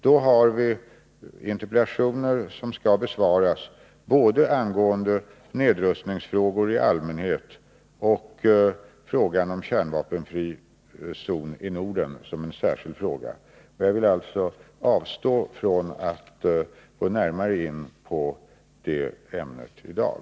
Då skall interpellationer besvaras, både angående nedrustningsfrågor i allmänhet och angående en kärnvapenfri zon i Norden som en särskild fråga. Jag vill alltså avstå från att gå närmare in på det ämnet i dag.